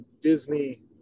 Disney